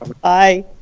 Bye